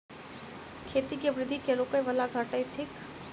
खेती केँ वृद्धि केँ रोकय वला घटक थिक?